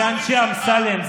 זה אנשי אמסלם.